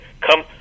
Come